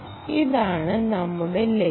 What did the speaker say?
ഇതാണ് നമ്മുടെ ലക്ഷ്യം